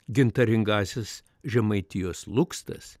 gintaringasis žemaitijos lukstas